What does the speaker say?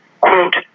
quote